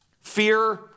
fear